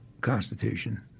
Constitution